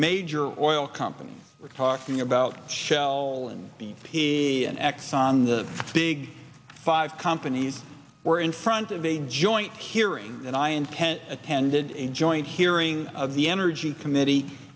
major oil companies were talking about shell and b p and exxon the big five companies were in front of a joint hearing and i intend attended a joint hearing of the energy committee